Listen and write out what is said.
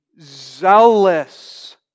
zealous